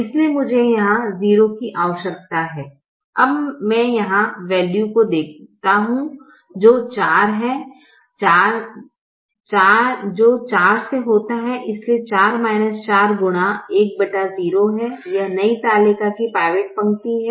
इसलिए मुझे यहां 0 की आवश्यकता है अब मैं यहां वैल्यू को देखता हूं जो 4 से होता है इसलिए 4 4 गुणा 1 0 है यह नई तालिका की पिवोट पंक्ति है